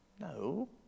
No